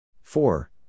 four